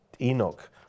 Enoch